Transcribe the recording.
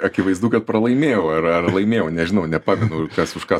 akivaizdu kad pralaimėjau ar ar laimėjau nežinau nepamenu kas už ką